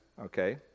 okay